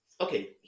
Okay